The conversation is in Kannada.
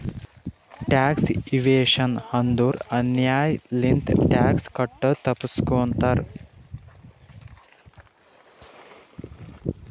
ಟ್ಯಾಕ್ಸ್ ಇವೇಶನ್ ಅಂದುರ್ ಅನ್ಯಾಯ್ ಲಿಂತ ಟ್ಯಾಕ್ಸ್ ಕಟ್ಟದು ತಪ್ಪಸ್ಗೋತಾರ್